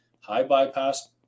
high-bypass